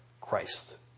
Christ